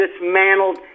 dismantled